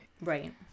Right